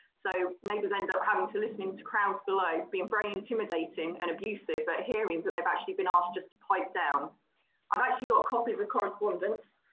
so neighbors end up having to listening to crowds below being very intimidating and abusive but hearing that they've actually been asked just pipe down and actually got copies of correspondence